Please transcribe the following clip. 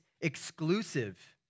exclusive